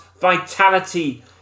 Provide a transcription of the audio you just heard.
vitality